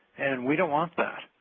and we don't want that.